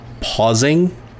pausing